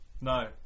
No